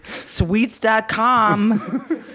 Sweets.com